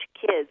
kids